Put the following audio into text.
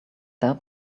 there